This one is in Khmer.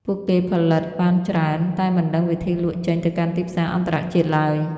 ពួកគេផលិតបានច្រើន តែមិនដឹងវិធីលក់ចេញទៅកាន់ទីផ្សារអន្តរជាតិឡើយ។